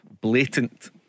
blatant